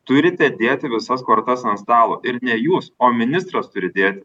turite dėti visas kortas ant stalo ir ne jūs o ministras turi dėti